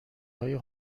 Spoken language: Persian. های